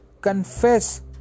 confess